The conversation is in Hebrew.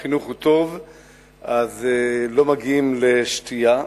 כשהחינוך הוא טוב אז לא מגיעים לשתייה,